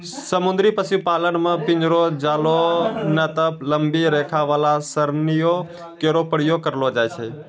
समुद्री पशुपालन म पिंजरो, जालों नै त लंबी रेखा वाला सरणियों केरो प्रयोग करलो जाय छै